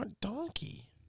donkey